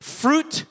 fruit